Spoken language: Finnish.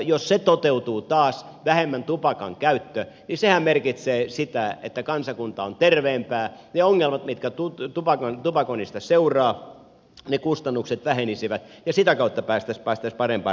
jos se toteutuu vähemmän tupakan käyttö niin sehän taas merkitsee sitä että kansakunta on terveempää että ne ongelmat mitkä tupakoinnista seuraavat ja ne kustannukset vähenisivät ja sitä kautta päästäisiin parempaan ratkaisuun